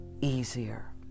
easier